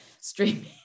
streaming